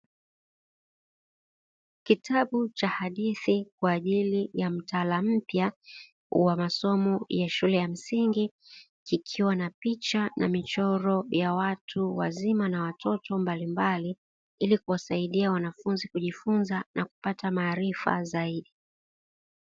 Kitabu cha hadithi kwa ajili ya mtaala mpya wa masomo ya shule ya msingi kikiwa na picha na michoro ya watu wazima na watoto mbalimbali, ili kuwasaidia wanafunzi kujifunza na kupata maarifa zaidi.